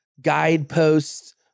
guideposts